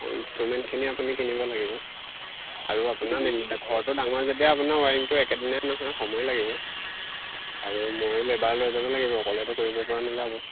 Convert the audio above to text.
অঁ ইনষ্ট্ৰুমেণ্টখিনি আপুনি কিনিব লাগিব আৰু আপোনাৰ ঘৰটো ডাঙৰ যেতিয়া আপোনাৰ ৱাৰিংটো একেদিনাই নহয় সময় লাগিব আৰু ময়ো লেবাৰ লৈ যাব লাগিব অকলেতো কৰিব পৰা নাযাব